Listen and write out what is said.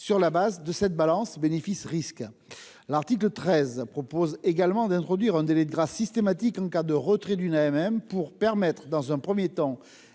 sur le fondement de cette balance bénéfices-risques. L'article 13 prévoit également d'introduire un délai de grâce systématique en cas de retrait d'une AMM pour permettre, dans un premier temps,